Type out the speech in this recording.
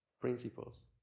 principles